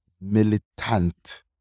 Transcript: militant